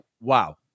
wow